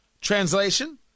translation